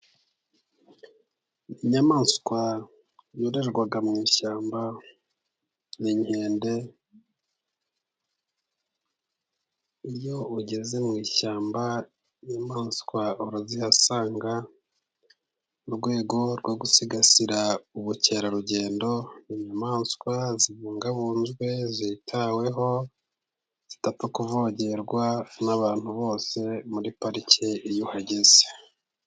Inyamaswa yororerwa mu ishyamba ni inkende. Iyo ugeze mu ishyamba, inyamaswa urazihasanga, urwego rwo gusigasira ubukerarugendo, inyamaswa zibungabunzwe, zitaweho zidapfa kuvogerwa n'abantu bose muri parike iyo uhageze.